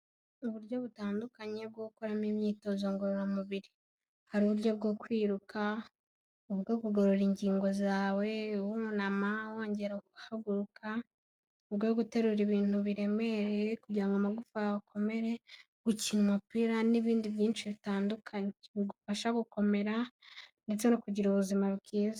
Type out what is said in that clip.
Uburyo butandukanye bwo gukoramo imyitozo ngororamubiri. Hari uburyo bwo kwiruka, ubwo kugorora ingingo zawe wunama wongera uhaguruka, ubwo guterura ibintu biremereye kugira ngo amagufwa yawe akomere, gukina umupira n'ibindi byinshi bitandukanye bigufasha gukomera, ndetse no kugira ubuzima bwiza.